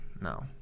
No